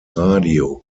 radio